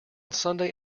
sunday